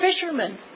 fishermen